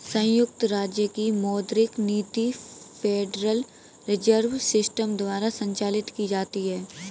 संयुक्त राज्य की मौद्रिक नीति फेडरल रिजर्व सिस्टम द्वारा संचालित की जाती है